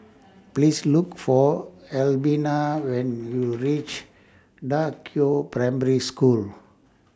Please Look For Albina when YOU REACH DA Qiao Primary School